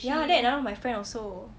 ya then another time my friend also